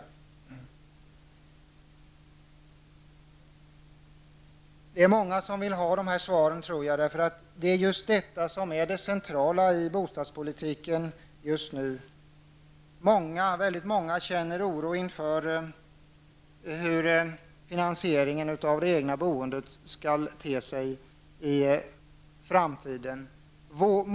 Jag tror att det är många människor som vill ha svar på dessa frågor. Det är detta som just nu är det centrala i bostadspolitiken. Väldigt många människor känner oro inför hur finansieringen av det egna boendet kommer att te sig i framtiden.